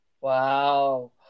Wow